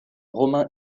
romain